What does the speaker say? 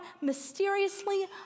mysteriously